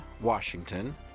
Washington